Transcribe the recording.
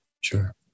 Sure